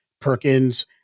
Perkins